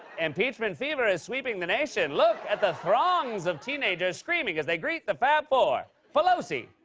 impeachment fever is sweeping the nation. look at the throngs of teenagers screaming as they greet the fab four. pelosi,